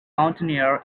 mountaineer